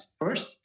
first